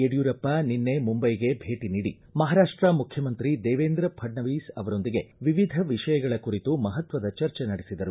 ಯಡಿಯೂರಪ್ಪ ನಿನ್ನೆ ಮುಂಬೈಗೆ ಭೇಟ ನೀಡಿ ಮಹಾರಾಷ್ಟಾ ಮುಖ್ಯಮಂತ್ರಿ ದೇವೇಂದ್ರ ಫಡ್ನವೀಸ್ ಅವರೊಂದಿಗೆ ವಿವಿಧ ವಿಷಯಗಳ ಕುರಿತು ಮಹತ್ವದ ಚರ್ಚೆ ನಡೆಸಿದರು